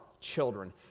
children